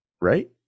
right